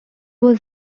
was